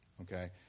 Okay